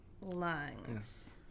lungs